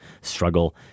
struggle